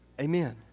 Amen